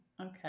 Okay